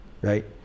right